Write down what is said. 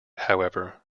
however